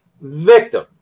victim